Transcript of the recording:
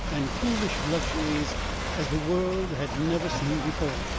and foolish luxuries as the world had never seen before.